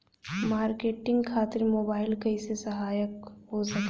Marketing खातिर mobile कइसे सहायक हो सकेला?